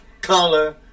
color